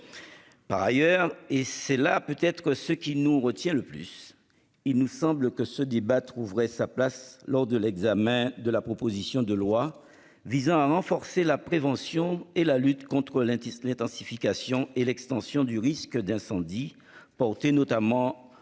Par ailleurs, et c'est là peut-être que ce qui nous retient le plus. Il nous semble que ce débat trouverait sa place lors de l'examen de la proposition de loi visant à renforcer la prévention et la lutte contre Lindt Tisley intensification et l'extension du risque d'incendie, porté notamment par notre collègue Jean